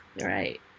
Right